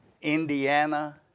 Indiana